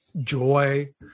joy